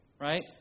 right